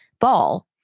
ball